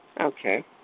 Okay